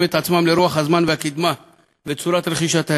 את עצמם לרוח הזמן והקידמה וצורת רכישת הידע.